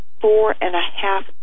four-and-a-half